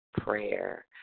Prayer